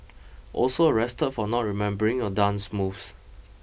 also arrested for not remembering your dance moves